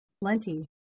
plenty